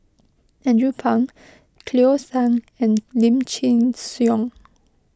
Andrew Phang Cleo Thang and Lim Chin Siong